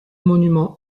monument